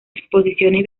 exposiciones